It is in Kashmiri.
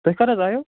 تُہۍ کر حظ آیو